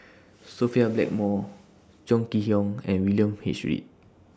Sophia Blackmore Chong Kee Hiong and William H Read